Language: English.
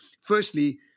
firstly